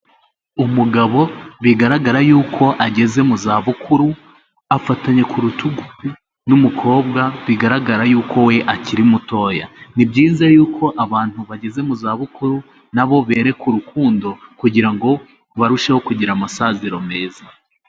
Umugabo bigaragara yuko ageze mu za bukuru, afatanye ku rutugu n'umukobwa bigaragara yuko we akiri mutoya, ni byiza yuko abantu bageze mu za bukuru, nabo berekwa urukundo, kugira ngo barusheho kugira amasaziro meza.